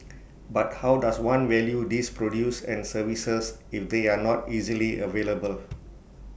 but how does one value these produce and services if they are not easily available